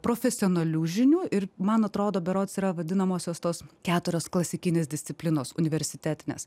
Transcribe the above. profesionalių žinių ir man atrodo berods yra vadinamosios tos keturios klasikinės disciplinos universitetinės